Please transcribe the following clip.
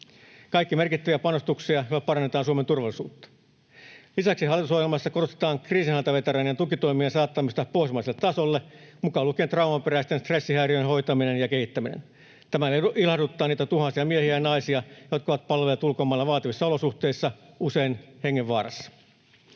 kaikki merkittäviä panostuksia, joilla parannetaan Suomen turvallisuutta. Lisäksi hallitusohjelmassa korostetaan kriisinhallintaveteraanien tukitoimien saattamista pohjoismaiselle tasolle mukaan lukien traumaperäisten stressihäiriöiden hoitaminen ja kehittäminen. Tämä ilahduttaa niitä tuhansia miehiä ja naisia, jotka ovat palvelleet ulkomailla vaativissa olosuhteissa, usein hengenvaarassa.